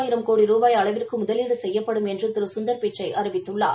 ஆயிரம் கோடி ரூபாய் அளவிற்கு முதலீடு செய்யப்படும் என்று திரு சுந்தர்பிச்சை அறிவித்துள்ளார்